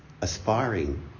aspiring